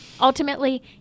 ultimately